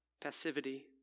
Passivity